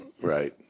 right